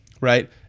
right